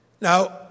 Now